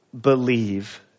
believe